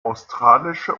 australische